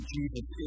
Jesus